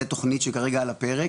זה תוכנית שכרגע על הפרק,